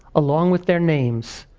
along with their names.